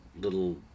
little